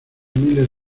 miles